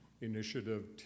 Initiative